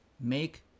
make